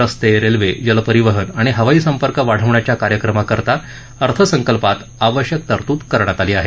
रस्ते रेल्वे जलपरिवहन आणि हवाईसंपर्क वाढवण्याच्या कार्यक्रमाकरता अर्थसंकल्पात आवश्यक तरतूद करण्यात आली आहे